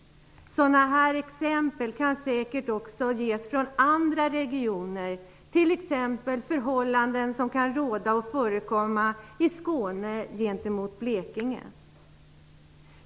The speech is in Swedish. Sådana exempel kan säkert också ges från andra regioner, t.ex. från Skåne i förhållande till Blekinge.